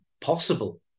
possible